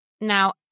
Now